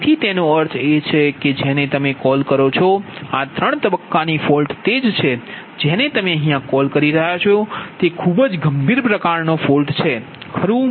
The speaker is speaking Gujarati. તેથી તેનો અર્થ એ છે કે જેને તમે કોલ કરો છો આ ત્રણ તબક્કાની ફોલ્ટ તે જ છે જેને તમે કોલ કરો છો તે ખૂબ જ ગંભીર પ્રકારનો દોષ છે ખરું